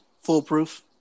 Foolproof